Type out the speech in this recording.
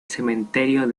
cementerio